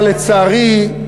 אבל, לצערי,